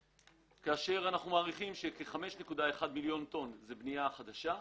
כאשר אנחנו מעריכים שכ-5.1 מיליון טון זה מבנייה חדשה,